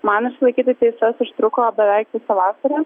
man išsilaikyti teises užtruko beveik visą vasarą